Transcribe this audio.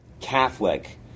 Catholic